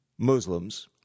Muslims